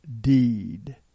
deed